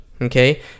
okay